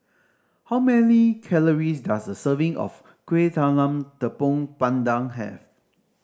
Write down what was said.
how many calories does a serving of Kueh Talam Tepong Pandan have